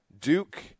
Duke